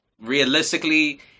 realistically